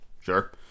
sure